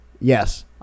yes